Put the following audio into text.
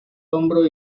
hombro